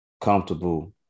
comfortable